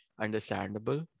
understandable